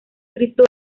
cristo